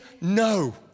No